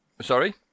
Sorry